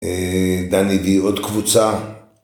‫דנידי עוד קבוצה.